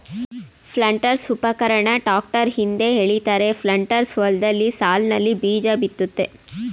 ಪ್ಲಾಂಟರ್ಸ್ಉಪಕರಣನ tractor ಹಿಂದೆ ಎಳಿತಾರೆ planters ಹೊಲ್ದಲ್ಲಿ ಸಾಲ್ನಲ್ಲಿ ಬೀಜಬಿತ್ತುತ್ತೆ